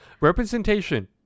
representation